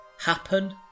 happen